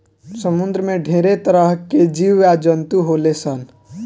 समुंद्र में ढेरे तरह के जीव आ जंतु होले सन